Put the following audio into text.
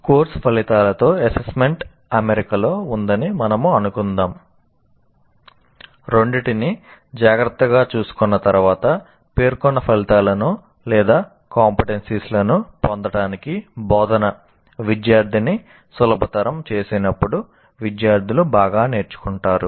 course ఫలితాలతో assessment లను పొందటానికి బోధన విద్యార్థిని సులభతరం చేసినప్పుడు విద్యార్థులు బాగా నేర్చుకుంటారు